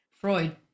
Freud